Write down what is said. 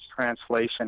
translation